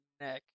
neck